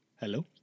Hello